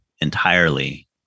entirely